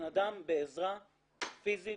בבנאדם בעזרה פיזית,